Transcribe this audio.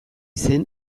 zen